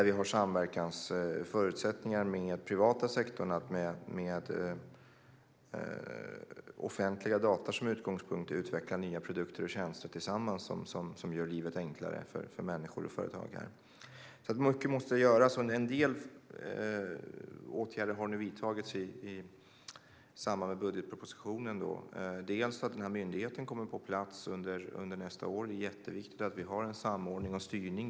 Vi har förutsättningar för samverkan med den privata sektorn för att med offentliga data som utgångspunkt tillsammans utveckla nya produkter och tjänster som gör livet enklare för människor och företagare. Mycket måste göras. En del åtgärder har nu vidtagits i samband med budgetpropositionen. Den här myndigheten kommer på plats under nästa år. Det är jätteviktigt att vi har samordning och styrning.